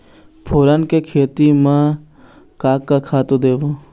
फोरन के खेती म का का खातू देबो?